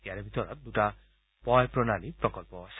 ইয়াৰে ভিতৰত দুটা পয় প্ৰণালীৰ প্ৰকল্পও আছে